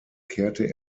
kehrte